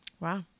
Wow